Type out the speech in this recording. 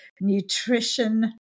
nutrition